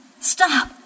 Stop